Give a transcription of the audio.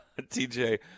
TJ